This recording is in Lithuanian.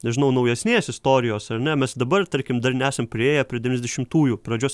nežinau naujesnės istorijos ar ne mes dabar tarkim dar nesam priėję prie devyniasdešimtųjų pradžios